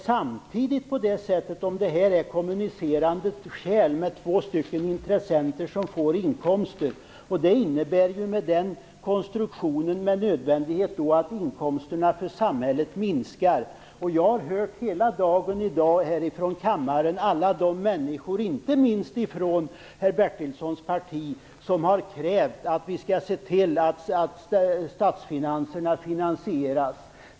Samtidigt är detta kommunicerande kärl med två intressenter som får inkomster. Med den konstruktionen innebär detta med nödvändighet att inkomsterna för samhället minskar. Jag har hela dagen i dag här i kammaren hört alla de människor - inte minst från Stig Bertilssons parti - som har krävt att statsfinanserna skall saneras.